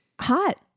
hot